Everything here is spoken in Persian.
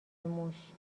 موش